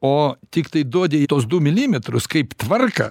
o tiktai duodi į tuos du milimetrus kaip tvarką